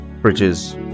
bridges